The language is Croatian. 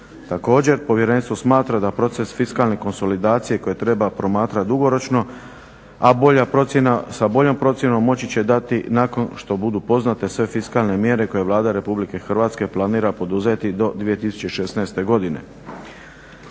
Također povjerenstvo smatra da proces fiskalne konsolidacije koje treba promatrati dugoročno, sa boljom procjenom moći će dati nakon što budu poznate sve fiskalne mjere koje Vlada RH planira poduzeti do 2016.godine.